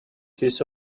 his